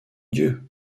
dieu